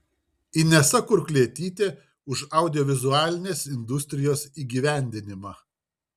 inesa kurklietytė už audiovizualinės industrijos įgyvendinimą